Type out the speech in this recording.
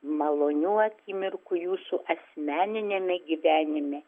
malonių akimirkų jūsų asmeniniame gyvenime